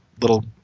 little